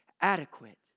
adequate